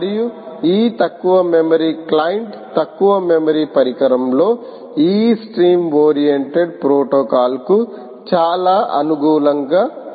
మరియు ఈ తక్కువ మెమరీ క్లయింట్ తక్కువ మెమరీ పరికరం లో ఈ స్ట్రీమ్ ఓరియెంటెడ్ ప్రోటోకాల్కు చాలా అనుకూలంగా ఉంటుంది